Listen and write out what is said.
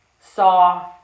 saw